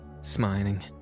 smiling